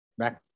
back